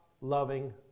loving